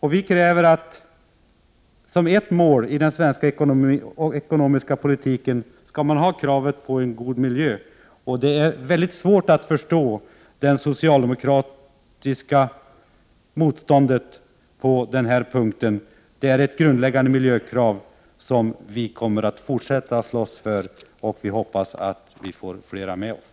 Vi vill att man som ett mål i den svenska ekonomiska politiken skall ha kravet på en god miljö, och det är väldigt svårt att förstå det socialdemokratiska motståndet på den punkten. Detta är ett grundläggande miljökrav som vi kommer att slåss för, och vi hoppas att vi får flera med oss.